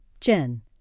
Jen